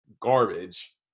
garbage